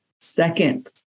second